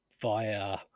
via